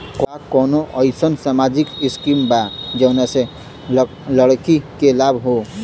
का कौनौ अईसन सामाजिक स्किम बा जौने से लड़की के लाभ हो?